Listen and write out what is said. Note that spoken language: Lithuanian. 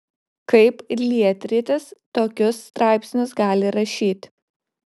kaip lietrytis tokius straipsnius gali rašyt